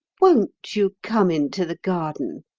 won't you come into the garden?